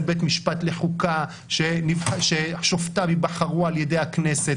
בית משפט לחוקה ששופטיו ייבחרו על ידי הכנסת,